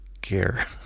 care